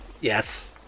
Yes